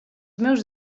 meus